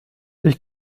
ich